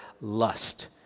lust